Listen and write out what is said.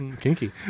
Kinky